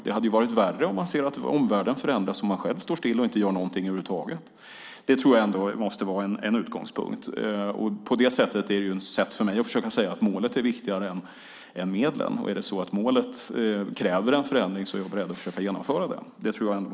Det hade varit värre om man hade sett att omvärlden förändras samtidigt som man själv står still och inte gör något över huvud taget. Det måste ändå vara en utgångspunkt. Det är ett sätt för mig att försöka säga att målet är viktigare än medlen, och om målet kräver en förändring är vi beredda att försöka genomföra den.